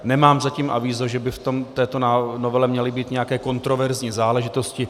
Nemám zatím avízo, že by v této novele měly být nějaké kontroverzní záležitosti.